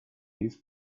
this